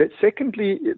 Secondly